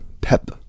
Pep